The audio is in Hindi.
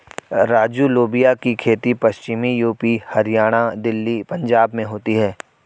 राजू लोबिया की खेती पश्चिमी यूपी, हरियाणा, दिल्ली, पंजाब में होती है